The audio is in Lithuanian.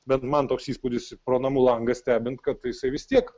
bet man toks įspūdis pro namų langą stebint kad jisai vis tiek